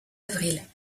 avril